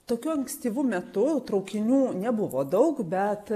tokiu ankstyvu metu traukinių nebuvo daug bet